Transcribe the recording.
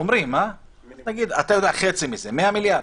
אתה יודע, חצי מזה 100 מיליארד?